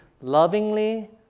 lovingly